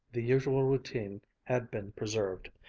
the usual routine had been preserved.